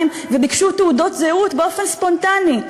וביקשו תעודות זהות באופן ספונטני,